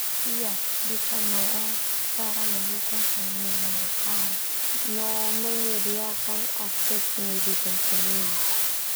iya bisa no cara mendukung seniman lokal no menyediakan akses pendidikan seni.